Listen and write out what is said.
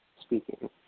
speaking